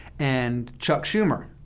and chuck schumer,